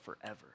forever